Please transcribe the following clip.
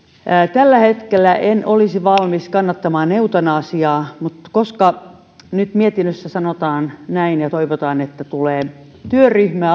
tällä hetkellä en olisi valmis kannattamaan eutanasiaa mutta koska nyt mietinnössä sanotaan näin ja toivottaan että tulee työryhmä